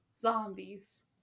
zombies